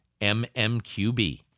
MMQB